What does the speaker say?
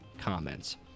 comments